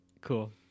Cool